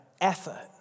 effort